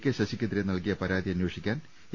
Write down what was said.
K ശശിക്കെതിരെ നൽകിയ പരാതി അന്വേഷിക്കാൻ എ